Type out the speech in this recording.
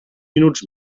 minuts